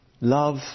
Love